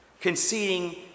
conceding